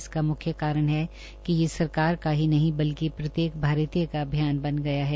इस मुख्य कारण है कि ये सरकार का ही नहीं बल्कि प्रत्येक भारतीय का अभियान बन गया है